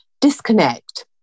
disconnect